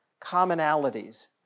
commonalities